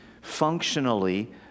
functionally